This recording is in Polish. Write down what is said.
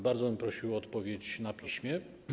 Bardzo bym prosił o odpowiedź na piśmie.